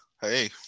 Hey